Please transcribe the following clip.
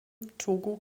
togo